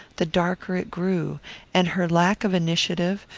the darker it grew and her lack of initiative,